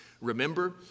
Remember